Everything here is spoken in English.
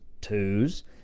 twos